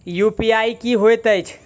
UPI की होइत अछि